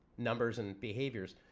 numbers and behaviors